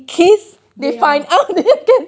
they are